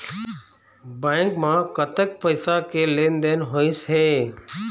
Bank म कतक पैसा के लेन देन होइस हे?